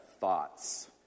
thoughts